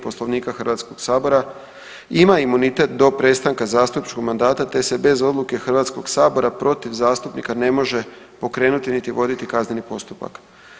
Poslovnika Hrvatskog sabora ima imunitet do prestanka zastupničkog mandata te se bez odluke Hrvatskog sabora protiv zastupnika ne može pokrenuti niti voditi kazneni postupak.